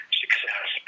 success